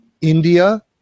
India